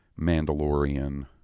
Mandalorian